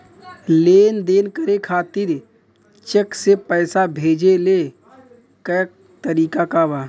लेन देन करे खातिर चेंक से पैसा भेजेले क तरीकाका बा?